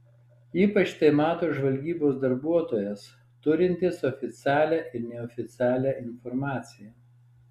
ypač tai mato žvalgybos darbuotojas turintis oficialią ir neoficialią informaciją